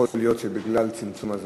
יכול להיות שבגלל צמצום הזמן.